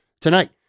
tonight